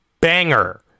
banger